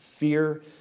Fear